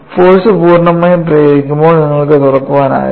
force പൂർണ്ണമായും പ്രയോഗിക്കുമ്പോൾ നിങ്ങൾക്ക് തുറക്കാനാവില്ല